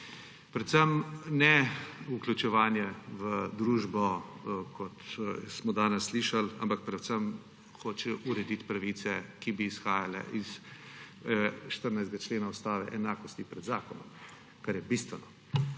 Predvsem nevključevanje v družbo, kot smo danes slišali, ampak predvsem hočejo urediti pravice, ki bi izhajale iz 14. člena Ustave, enakosti pred zakonom, kar je bistveno.